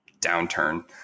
downturn